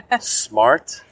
smart